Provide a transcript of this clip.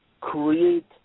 create